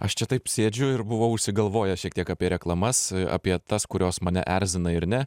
aš čia taip sėdžiu ir buvau užsigalvojęs šiek tiek apie reklamas apie tas kurios mane erzina ir ne